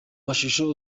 mashusho